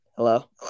Hello